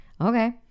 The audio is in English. Okay